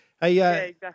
hey